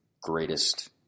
greatest